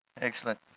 excellent